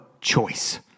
choice